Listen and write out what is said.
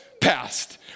passed